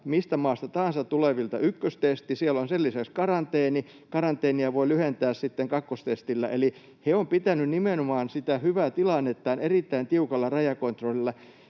mistä maasta tahansa tulevilta, ykköstesti. Siellä on sen lisäksi karanteeni. Karanteenia voi lyhentää sitten kakkostestillä. Eli he ovat pitäneet sitä hyvää tilannetta nimenomaan tällä erittäin tiukalla rajakontrollilla.